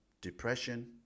Depression